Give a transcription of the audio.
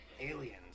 aliens